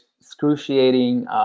excruciating